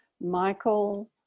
Michael